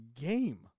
game